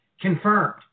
confirmed